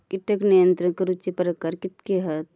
कीटक नियंत्रण करूचे प्रकार कितके हत?